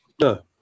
no